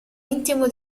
intimo